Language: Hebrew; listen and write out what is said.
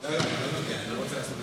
אני רוצה שנדבר